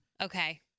Okay